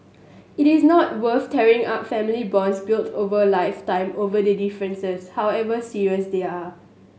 it is not worth tearing up family bonds built over a lifetime over these differences however serious they are